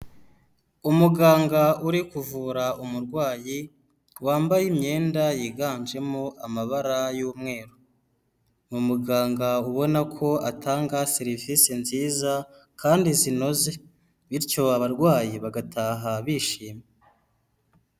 Umuganga uri kuvura umurwayi, wambaye imyenda yiganjemo amabara y'umweru. Ni umuganga ubona ko atanga serivisi nziza kandi zinoze, bityo abarwayi bagataha bishimye.